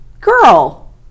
Girl